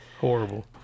Horrible